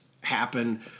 happen